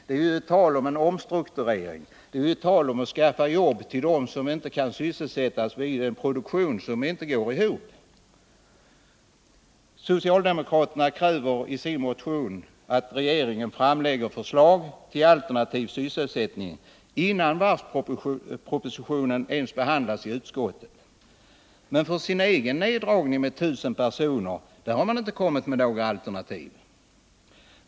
Det har varit tal om en omstrukturering och om att skaffa jobb åt dem som inte kan sysselsättas i en produktion som inte går ihop. Socialdemokraterna kräver i sin motion att regeringen framlägger förslag till alternativ sysselsättning innan varvspropositionen ens behandlats i utskottet. Men till sin egen neddragning med 1 000 personer har man inte kommit med några alternativ.